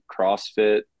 crossfit